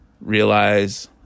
realize